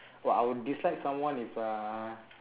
!wah! I would dislike someone if uh